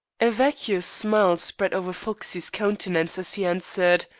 a vacuous smile spread over foxey's countenance as he answered,